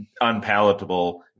unpalatable